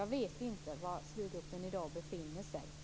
Jag vet inte var SLUR-gruppen i dag befinner sig.